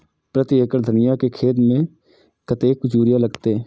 प्रति एकड़ धनिया के खेत में कतेक यूरिया लगते?